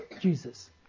Jesus